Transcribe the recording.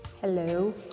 Hello